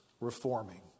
reforming